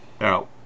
Now